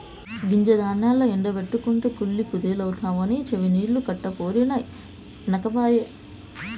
గింజ ధాన్యాల్ల ఎండ బెట్టకుంటే కుళ్ళి కుదేలైతవని చెవినిల్లు కట్టిపోరినా ఇనకపాయె